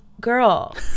Girl